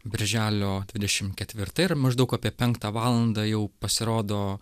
birželio dvidešim ketvirta ir maždaug apie penktą valandą jau pasirodo